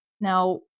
Now